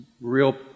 real